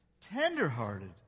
tenderhearted